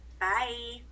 Bye